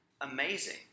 amazing